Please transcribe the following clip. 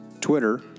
Twitter